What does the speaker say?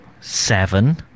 seven